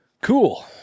Cool